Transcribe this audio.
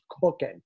cooking